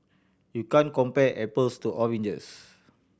you can't compare apples to oranges